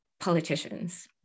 politicians